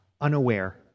unaware